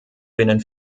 binnen